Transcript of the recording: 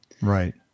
Right